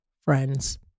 friends